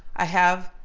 i have,